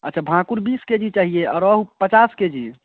अच्छा भाकुड़ बीस के जी चाहिए और रोहू पचास के जी